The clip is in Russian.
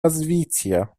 развития